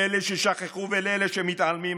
לאלה ששכחו ולאלה שמתעלמים,